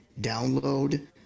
download